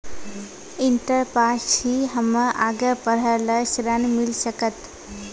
Inter pass छी हम्मे आगे पढ़े ला ऋण मिल सकत?